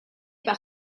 par